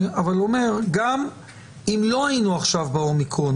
אבל אני גם אומר שאם לא היינו עכשיו באומיקרון